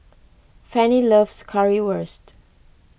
Fannie loves Currywurst